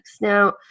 Now